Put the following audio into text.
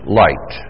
light